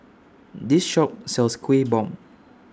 This Shop sells Kueh Bom